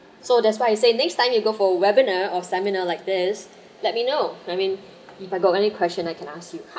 so that's why I say next time you go for webinar or seminar like this let me know I mean if I got any question I can ask you